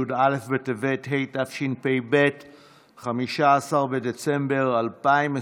י"א בטבת התשפ"ב (15 בדצמבר 2021)